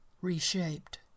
reshaped